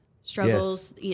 Struggles